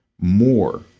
more